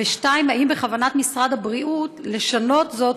2. האם בכוונת משרד הבריאות לשנות זאת